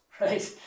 right